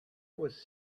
was